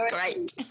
great